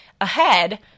ahead